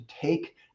take